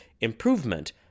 improvement